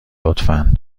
لطفا